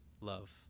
love